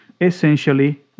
essentially